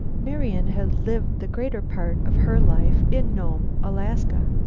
marian had lived the greater part of her life in nome, alaska,